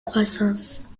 croissance